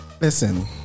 Listen